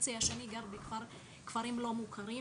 והחצי השני גרים בכפרים לא מוכרים,